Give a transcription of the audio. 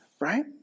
right